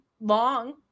long